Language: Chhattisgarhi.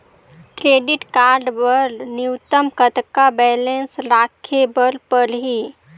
क्रेडिट कारड बर न्यूनतम कतका बैलेंस राखे बर पड़ही?